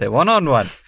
one-on-one